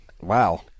wow